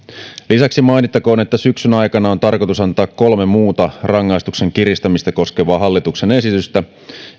lisäksi mainittakoon että syksyn aikana on tarkoitus antaa kolme muuta rangaistuksen kiristämistä koskevaa hallituksen esitystä